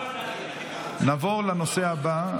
נעבור לנושא הבא,